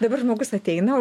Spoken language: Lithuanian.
dabar žmogus ateina